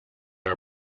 are